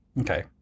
Okay